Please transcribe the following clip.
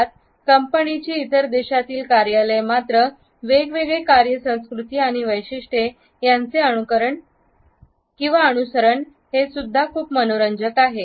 त्यात कंपनीची इतर देशातील कार्यालय मात्र वेगवेगळे कार्यसंस्कृती आणि वैशिष्ट्ये यांचे अनुसरण करतात हे सुद्धा खूप मनोरंजक आहे